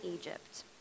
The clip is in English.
Egypt